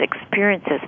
experiences